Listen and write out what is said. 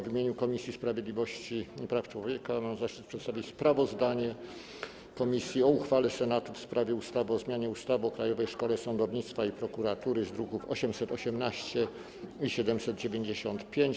W imieniu Komisji Sprawiedliwości i Praw Człowieka mam zaszczyt przedstawić sprawozdanie komisji o uchwale Senatu w sprawie ustawy o zmianie ustawy o Krajowej Szkole Sądownictwa i Prokuratury z druków nr 818 i 795.